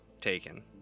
taken